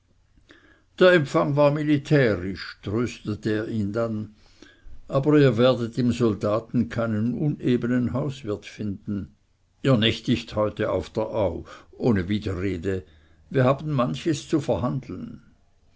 der empfang war militärisch tröstete er ihn dann aber ihr werdet im soldaten keinen unebenen hauswirt finden ihr nächtigt heute auf der au ohne widerrede wir haben manches zu verhandeln